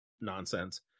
nonsense